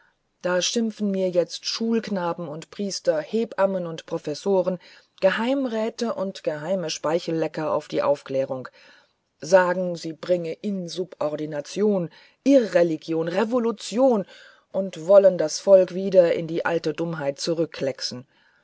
da schimpfen mir jetzt schulknaben und priester hebammen und professoren geheimräte und geheime speichellecker auf die aufklärung sagen sie bringe insubordination irreligion revolution und wollen das volk wieder in die alte dummheit